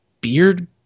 Beard